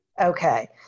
Okay